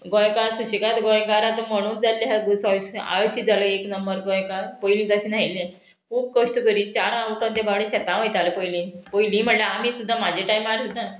गोंयकार सुशेगाद गोंयकार आतां म्हणूच जाल्ले हांव गोश्टी आळशी जालो एक नंबर गोंयकार पयली तशें न्हयल्ले खूब कश्ट करी चार आवटांत ते भाडे शेतां वयताले पयलीं पयलीं म्हळ्यार आमी सुद्दां म्हाजे टायमार हितां